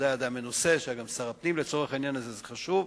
בגלל זה אני יושב.